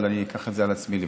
אבל אני אקח את זה על עצמי לבדוק.